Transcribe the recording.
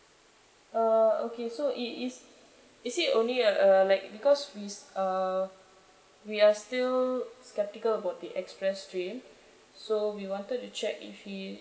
uh okay so it is is it only uh like because we uh we are still skeptical about the express stream so we wanted to check if he